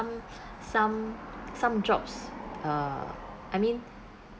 some some jobs uh I mean